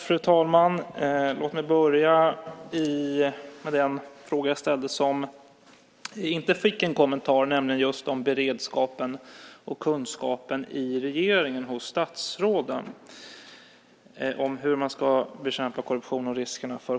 Fru talman! Låt mig börja med den fråga som jag inte fick något svar på, nämligen frågan om beredskapen och kunskapen hos statsråden i regeringen om hur man ska bekämpa korruption och minska riskerna för